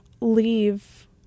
leave